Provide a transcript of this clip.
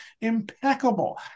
impeccable